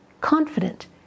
confident